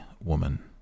Woman